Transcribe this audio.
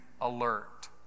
alert